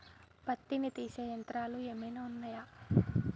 పత్తిని తీసే యంత్రాలు ఏమైనా ఉన్నయా?